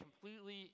completely